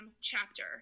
chapter